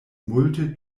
multe